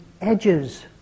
edges